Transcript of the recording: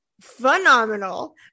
phenomenal